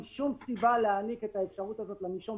אין שום סיבה להעניק את האפשרות הזאת לנישום,